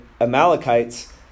Amalekites